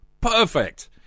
Perfect